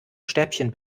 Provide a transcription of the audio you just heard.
stäbchen